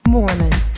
Mormon